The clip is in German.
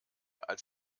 als